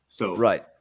Right